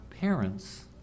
parents